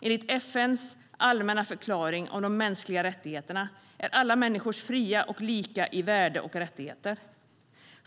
Enligt FN:s allmänna förklaring om de mänskliga rättigheterna är alla människor fria och lika i värde och rättigheter.